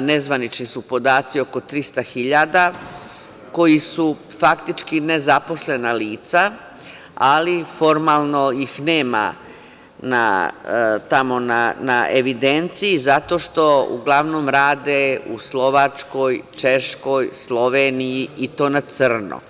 nezvanični su podaci, oko 300.000, koji su faktički nezaposlena lica, ali formalno ih nema tamo na evidenciji zato što uglavnom rade u Slovačkoj, Češkoj, Sloveniji i to na crno?